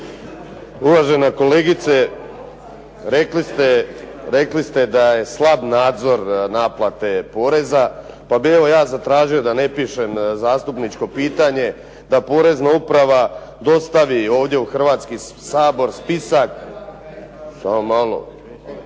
Uvažena kolegice, rekli ste da je slab nadzor naplate poreza, pa bih evo ja zatražio da ne pišem zastupničko pitanje da Porezna uprava dostavi ovdje u Hrvatski sabor spisak,